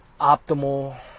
optimal